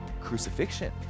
crucifixion